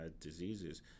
diseases